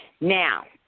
Now